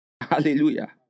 Hallelujah